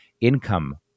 income